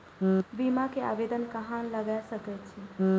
बीमा के आवेदन कहाँ लगा सके छी?